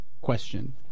question